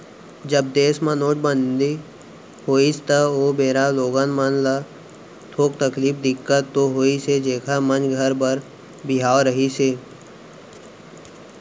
जब देस म नोटबंदी होइस त ओ बेरा लोगन मन ल थोक तकलीफ, दिक्कत तो होइस हे जेखर मन घर बर बिहाव रहिस हे